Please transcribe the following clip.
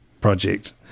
project